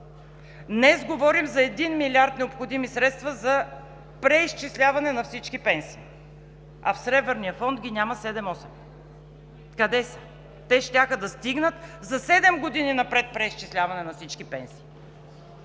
Днес говорим за един милиард необходими средства за преизчисляване на всички пенсии, а в Сребърния фонд ги няма седем-осем. Къде са?! Те щяха да стигнат за седем години напред за преизчисляване на всички пенсии.